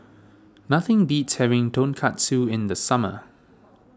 nothing beats having Tonkatsu in the summer